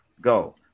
go